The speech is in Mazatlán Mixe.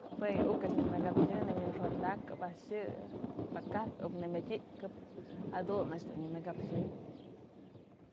Jue yë uk a'ax nyëmëkapxy nëwi'ixondakëp a'ax yë pakaj iuk nëmëd ayëkëp jadun a'ax dun nyëmëkapxë.